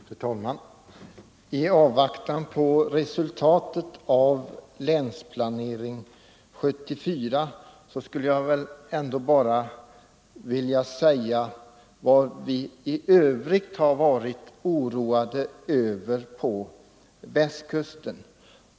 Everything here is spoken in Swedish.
Fru talman! I avvaktan på resultatet av Länsplanering 1974 skulle jag bara vilja tala om vad vi i övrigt varit oroade över på Västkusten.